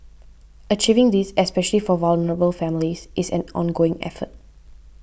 achieving this especial for vulnerable families is an ongoing effort